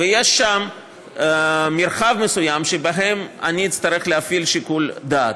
ויש שם מרחב מסוים שבו אני אצטרך להפעיל שיקול דעת.